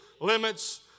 limits